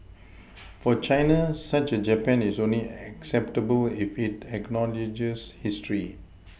for China such a Japan is only acceptable if it acknowledges history